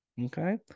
Okay